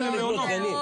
לבנות גנים.